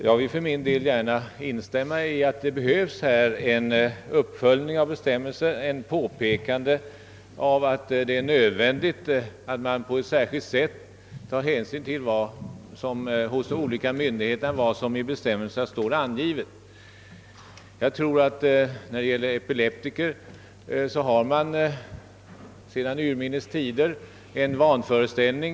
Jag vill gärna instämma i att här behövs en uppföljning av bestämmelserna och ett påpekande av att det är nödvändigt att olika myndigheter verkligen tar hänsyn till vad som står angivet i bestämmelserna. När det gäller epileptiker har man nog sedan urminnes tider en vanföreställning.